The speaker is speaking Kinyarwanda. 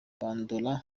bandora